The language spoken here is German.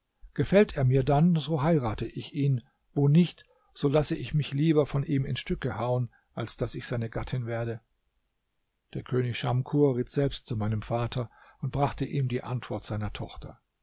gefällt er mir dann so heirate ich ihn wo nicht so lasse ich mich lieber von ihm in stücke hauen als daß ich seine gattin werde der könig schamkur ritt selbst zu meinem vater und brachte ihm die antwort seiner tochter